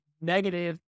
negative